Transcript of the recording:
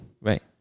Right